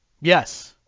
Yes